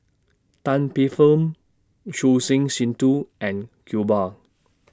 Tan Paey Fern Choor Singh Sidhu and Iqbal